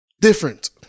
different